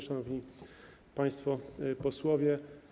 Szanowni Państwo Posłowie!